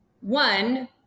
one